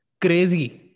Crazy